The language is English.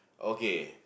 okay